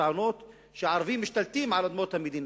טענות שהערבים משתלטים על אדמות המדינה.